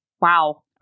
Wow